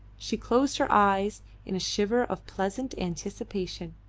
she closed her eyes in a shiver of pleasant anticipation.